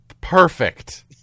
Perfect